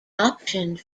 optioned